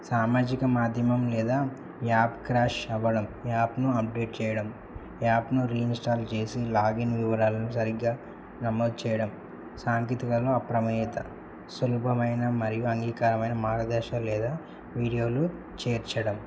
సామాజిక మాధ్యమం లేదా యాప్ క్రాష్ అవ్వడం యాప్ను అప్డేట్ చెయ్యడం యాప్ను రీఇన్స్టాల్ చేసి లాగిన్ వివరాలను సరిగ్గా నమోదు చెయ్యడం సాంకేతికతలో అప్రమత్తత సులభమైన మరియు అంగీకారమైన మార్గదర్శనం లేదా వీడియోలు చేర్చడం